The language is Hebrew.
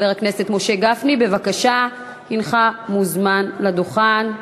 חבר הכנסת משה גפני, בבקשה, הנך מוזמן לדוכן.